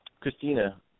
Christina